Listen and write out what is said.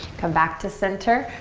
come back to center.